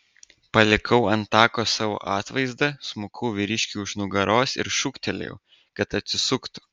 palikau ant tako savo atvaizdą smukau vyriškiui už nugaros ir šūktelėjau kad atsisuktų